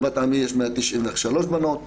ב"בת עמי" יש 193 בנות וב"עמינדב"